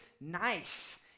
nice